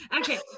Okay